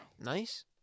nice